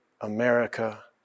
America